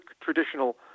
traditional